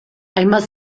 hainbat